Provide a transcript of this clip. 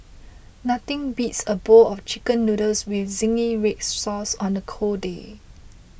nothing beats a bowl of Chicken Noodles with Zingy Red Sauce on the cold day